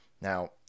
Now